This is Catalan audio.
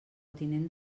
tinent